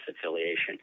affiliation